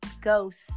ghost